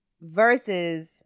versus